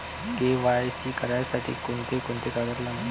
KYC करासाठी कोंते कोंते कागद लागन?